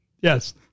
Yes